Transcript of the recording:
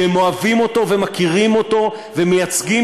שהם אוהבים אותו ומכירים אותו ומייצגים